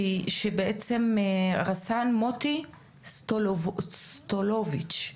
רס"ן מוטי סטלוביץ',